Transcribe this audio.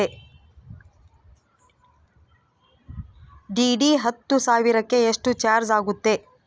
DD ಹತ್ತು ಸಾವಿರಕ್ಕೆ ಎಷ್ಟು ಚಾಜ್೯ ಆಗತ್ತೆ?